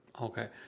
Okay